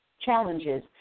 challenges